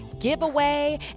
giveaway